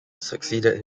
succeeded